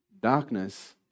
darkness